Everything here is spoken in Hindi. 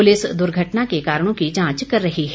पुलिस दुर्घटना को कारणों की जांच कर रही है